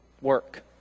work